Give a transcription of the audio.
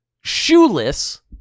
shoeless